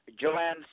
Joanne